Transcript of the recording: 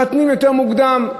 מחתנים יותר מוקדם.